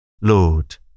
Lord